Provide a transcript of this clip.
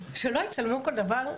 שלא יצלמו כל דבר?